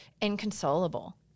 inconsolable